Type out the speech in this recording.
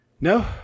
No